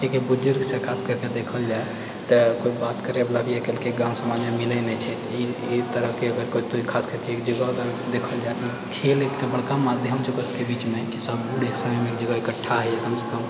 किआकि खास करिके देखल जाए तऽ कोइ बात करै वला भी आइ काल्हिके गाँव समाजमे मिलैत नहि छै तऽ ई तरहके अगर खास करिके जगह देखल जाए तऽ खेल एकटा बड़का माध्यम छै ओकर सबके बीचमे इकठ्ठा हइ कमसँ कम